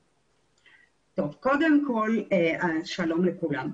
טוב, קודם כל שלום לכולם.